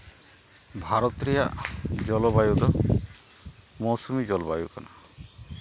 ᱵᱷᱟᱨᱚᱛ ᱨᱮᱭᱟ ᱡᱚᱞᱚᱵᱟᱹᱭᱩ ᱫᱚ ᱢᱳᱣᱥᱩᱢᱤ ᱡᱚᱞᱵᱟᱭᱩ ᱠᱟᱱᱟ